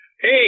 Hey